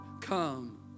Come